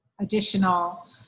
additional